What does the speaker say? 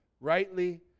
Rightly